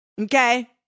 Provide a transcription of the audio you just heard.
Okay